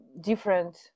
different